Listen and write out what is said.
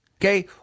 Okay